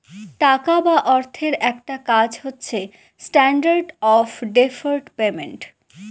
টাকা বা অর্থের একটা কাজ হচ্ছে স্ট্যান্ডার্ড অফ ডেফার্ড পেমেন্ট